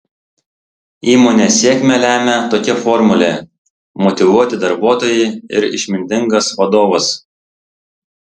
įmonės sėkmę lemią tokia formulė motyvuoti darbuotojai ir išmintingas vadovas